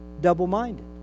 double-minded